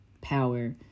power